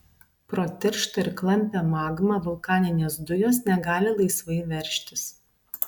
pro tirštą ir klampią magmą vulkaninės dujos negali laisvai veržtis